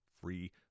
free